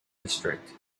district